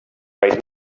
right